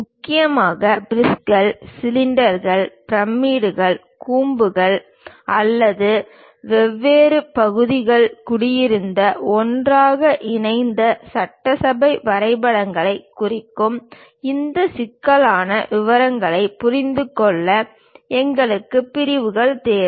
முக்கியமாக ப்ரிஸ்கள் சிலிண்டர்கள் பிரமிடுகள் கூம்புகள் அல்லது வெவ்வேறு பகுதிகள் கூடியிருந்த ஒன்றாக இணைந்த சட்டசபை வரைபடங்களைக் குறிக்கும் இந்த சிக்கலான விவரங்களை புரிந்து கொள்ள எங்களுக்கு பிரிவுகள் தேவை